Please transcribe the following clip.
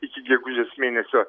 iki gegužės mėnesio